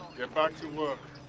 get back to work,